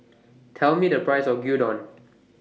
Tell Me The Price of Gyudon